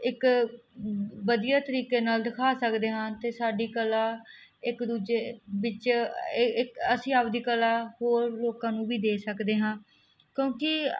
ਇੱਕ ਵਧੀਆ ਤਰੀਕੇ ਨਾਲ ਦਿਖਾ ਸਕਦੇ ਹਾਂ ਅਤੇ ਸਾਡੀ ਕਲਾ ਇੱਕ ਦੂਜੇ ਵਿੱਚ ਇਹ ਇੱਕ ਅਸੀਂ ਆਪਦੀ ਕਲਾ ਹੋਰ ਲੋਕਾਂ ਨੂੰ ਵੀ ਦੇ ਸਕਦੇ ਹਾਂ ਕਿਉਂਕਿ